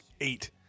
eight